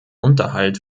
unterhalt